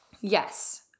Yes